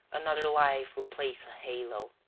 another life will place a halo.